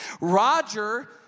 Roger